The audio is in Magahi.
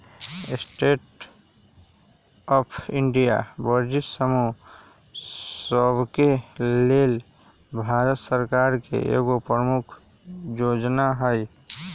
स्टैंड अप इंडिया वंचित समूह सभके लेल भारत सरकार के एगो प्रमुख जोजना हइ